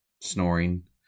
snoring